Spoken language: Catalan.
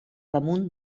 damunt